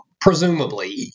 Presumably